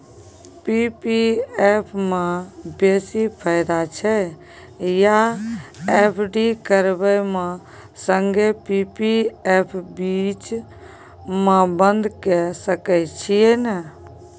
P P F म बेसी फायदा छै या एफ.डी करबै म संगे पी.पी एफ बीच म बन्द के सके छियै न?